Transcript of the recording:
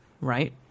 right